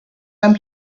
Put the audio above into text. i’m